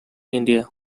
india